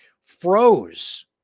froze